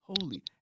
Holy